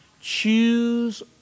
Choose